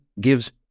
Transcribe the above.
gives